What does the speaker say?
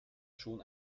schon